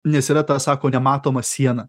nes yra ta sako nematoma siena